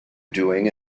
doing